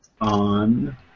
On